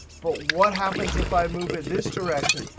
but what happens if i move it this direction?